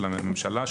של הממשלה,